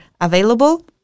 available